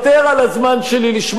לשמוע אותך מגנה,